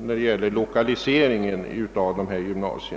när det gäller lokaliseringen av dessa gymnasier.